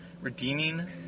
redeeming